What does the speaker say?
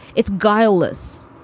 it's guileless.